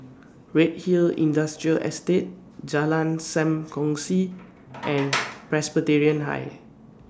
Redhill Industrial Estate Jalan SAM Kongsi and Presbyterian High